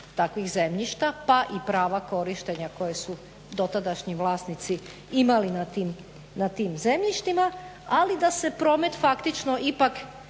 takvih zemljišta pa i prava korištenja koje su dotadašnji vlasnici imali na tim zemljištima, ali da se promet faktično ipak